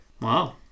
wow